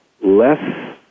less